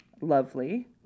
lovely